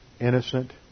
innocent